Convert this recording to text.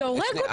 זה הורג אותי.